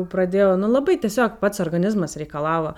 pradėjau nu labai tiesiog pats organizmas reikalavo